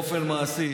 באופן מעשי,